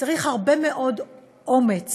צריך הרבה מאוד אומץ,